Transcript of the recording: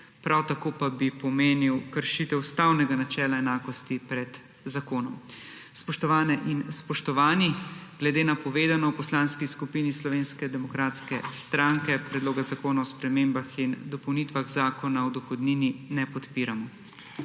prav tako pa bi pomenil kršitev ustavnega načela enakosti pred zakonom. Spoštovane in spoštovani, glede na povedano v Poslanski skupini Slovenske demokratske stranke Predloga zakona o spremembah in dopolnitvah Zakona o dohodnini ne podpiramo.